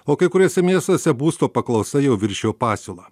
o kai kuriuose miestuose būsto paklausa jau viršijo pasiūlą